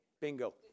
Bingo